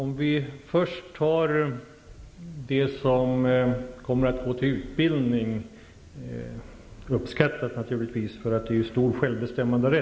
Fru talman! Vi räknar med att ungefär 70 % av AMS-resurserna går till olika utbildningsinsatser.